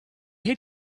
hate